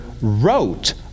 wrote